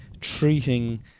treating